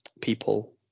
people